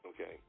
Okay